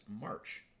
March